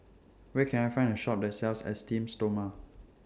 Where Can I Find A Shop that sells Esteem Stoma